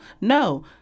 No